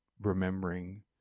remembering